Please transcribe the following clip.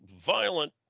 violent